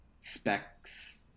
specs